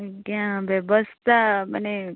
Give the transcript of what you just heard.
ଆଜ୍ଞା ବ୍ୟବସ୍ଥା ମାନେ